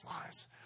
lies